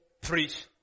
preach